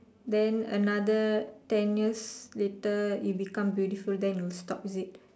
then another ten years later you become beautiful then you will stop is it